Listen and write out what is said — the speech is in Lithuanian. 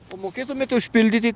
o mokėtumėte užpildyti